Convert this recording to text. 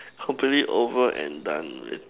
hopefully over and done with